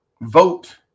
Vote